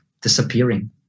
disappearing